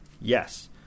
Yes